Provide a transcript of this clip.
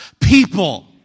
people